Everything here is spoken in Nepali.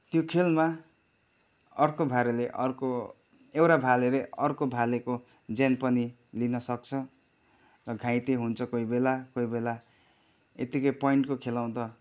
त्यो खेलमा अर्को भालेले अर्को एउटा भालेले अर्को भालेको ज्यान पनि लिनसक्छ र घाइते हुन्छ कोही बेला कोही बेला यत्तिकै प्वाइन्टको खेलाउँदा